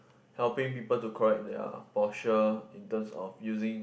helping people to correct their posture in terms of using